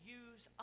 use